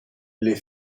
les